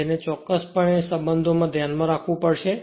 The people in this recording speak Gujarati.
તેથી આ ચોક્કસ સંબંધો ને તેને ધ્યાનમાં રાખવું પડશે